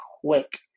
quick